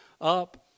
up